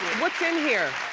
what's in here?